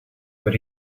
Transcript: that